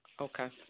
Okay